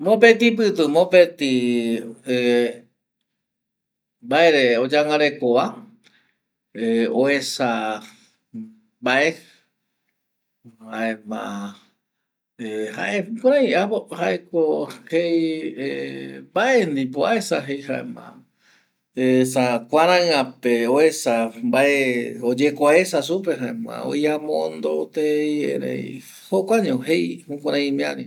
Mopeti pitu mopeti ˂Hesitation˃ mbaere oyangareko va oesa mbae, jaema ˂Hesitation˃ jae jukurei jaeko jei mbae ndipo aesa, esa kuaraia pe oesa mbae oiamondova jaema jokua ño jei jukurei imiari.